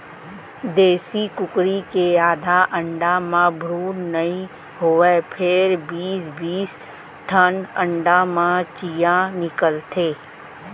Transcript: देसी कुकरी के आधा अंडा म भ्रून नइ होवय फेर बीस बीस ठन अंडा म चियॉं निकलथे